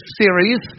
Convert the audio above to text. series